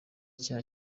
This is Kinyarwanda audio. cya